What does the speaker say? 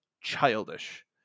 childish